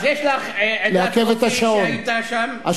אז יש לך עדת אופי שהיתה שם,